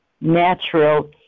natural